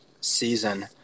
season